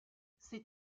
ses